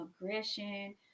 aggression